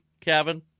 Kevin